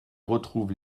retrouve